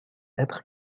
être